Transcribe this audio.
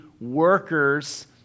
workers